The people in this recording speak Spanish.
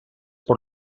por